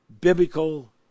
biblical